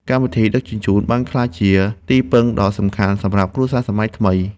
កម្មវិធីដឹកជញ្ជូន បានក្លាយជាទីពឹងដ៏សំខាន់សម្រាប់គ្រួសារសម័យថ្មី។